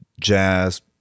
jazz